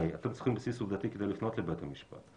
הרי אתם צריכים בסיס עובדתי כדי לפנות לבית המשפט.